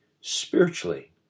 spiritually